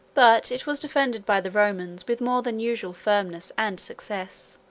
but it was defended by the romans with more than usual firmness and success.